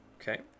Okay